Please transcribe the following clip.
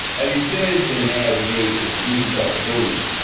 as he says in an ad he made to introduce himself to voters,